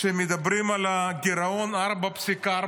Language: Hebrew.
כשמדברים על גירעון של 4.4,